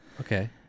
Okay